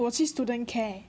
我去 student care